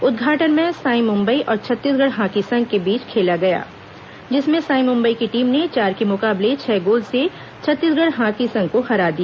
उद्घाटन match SAI Mumbai और Chhattisgarh hockey संघ के बीच खेला गया जिसमें साई मुंबई की टीम ने चार के मुकाबले छह गोल से छत्तीसगढ़ हॉकी संघ को हरा दिया